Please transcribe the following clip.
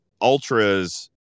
ultras